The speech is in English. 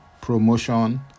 promotion